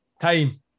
time